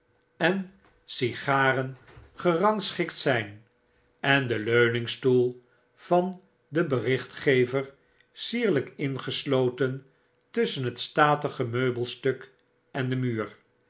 en sigaren gerangschikt zijn en de leuningstoel van den berichtgever sierlijk ingesloten tusschen dat statige meubelstuk en den muur